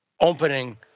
opening